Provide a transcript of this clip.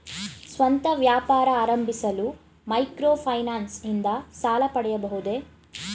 ಸ್ವಂತ ವ್ಯಾಪಾರ ಆರಂಭಿಸಲು ಮೈಕ್ರೋ ಫೈನಾನ್ಸ್ ಇಂದ ಸಾಲ ಪಡೆಯಬಹುದೇ?